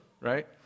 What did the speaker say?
right